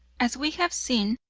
as we have seen,